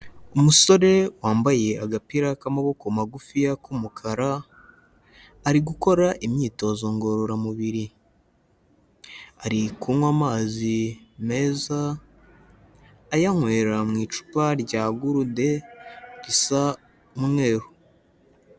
Umusore wambaye agapira k'amaboko magufiya k'umukara, ari gukora imyitozo ngororamubiri, ari kunywa amazi meza ayanywera mu icupa rya gurude risa umweru.